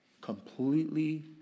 completely